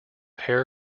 hair